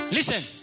Listen